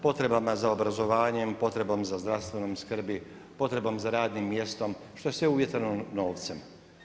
Potrebama za obrazovanjem, potrebom za zdravstvenom skrbi, potrebom za radnim mjestom što je sve uvjetovano novcem.